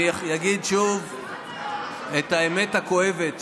אני אגיד שוב את האמת הכואבת,